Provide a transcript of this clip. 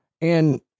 And-